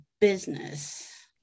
business